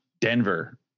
Denver